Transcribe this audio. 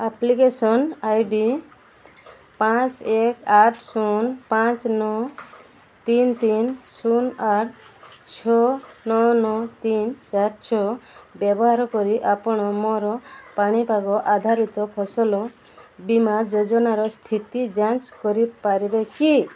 application I D ପାଞ୍ଚ ଏକ ଆଠ ଶୂନ ପାଞ୍ଚ ନଅ ତିନି ତିନି ଶୂନ ଆଠ ଛଅ ନଅ ନଅ ତିନି ଚାରି ଛଅ ବ୍ୟବହାର କରି ଆପଣ ମୋର ପାଣିପାଗ ଆଧାରିତ ଫସଲ ବୀମା ଯୋଜନାର ସ୍ଥିତି ଯାଞ୍ଚ କରିପାରିବେ କି